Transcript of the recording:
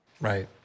Right